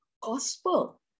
gospel